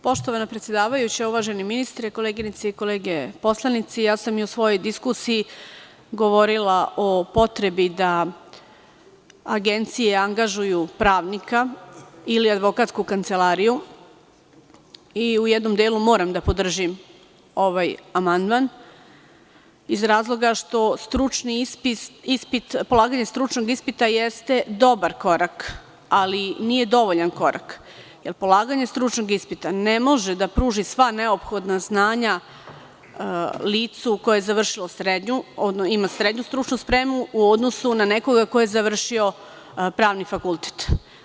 Poštovana predsedavajuća, uvaženi ministre, koleginice i kolege poslanici, ja sam i u svojoj diskusiji govorila o potrebi da agencije angažuju pravnika ili advokatsku kancelariju i u jednom delu moram da podržim ovaj amandman, iz razloga što polaganje stručnog ispita jeste dobar korak, ali nije dovoljan korak, jer polaganje stručnog ispita ne može da pruži sva neophodna znanja licu koje je završilo srednju školu, ima srednju stručnu spremu, u odnosu na nekoga ko je završio pravni fakultet.